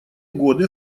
годы